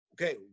okay